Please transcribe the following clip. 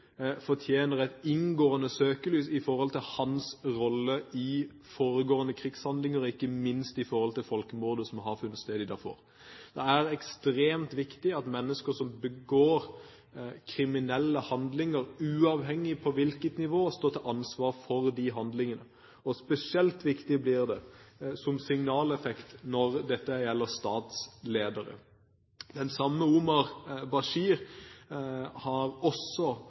fortjener et inngående søkelys på sin rolle i de foregående krigshandlinger, ikke minst folkemordet som har funnet sted i Darfur. Det er ekstremt viktig at mennesker som begår kriminelle handlinger, uavhengig av på hvilket nivå, står til ansvar for handlingene. Spesielt viktig blir det som signaleffekt når dette gjelder statsledere. Når det gjelder den samme Omar al-Bashir, er det også